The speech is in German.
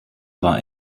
war